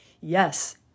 Yes